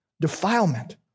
Defilement